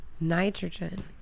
Nitrogen